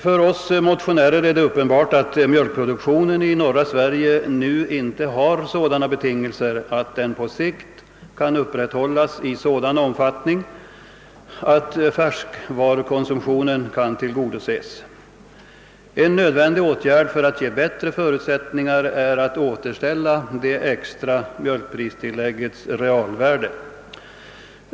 För oss motionärer är det uppenbart att mjölkproduktionen i norra Sverige nu inte har sådana betingelser, att den på sikt kan upprätthållas i den omfattning som krävs för att färskvaruproduktionen skall kunna tillgodoses. En nödvändig åtgärd för att skapa bättre förutsättningar är att återställa det extra mjölkpristilläggets realvärde.